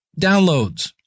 downloads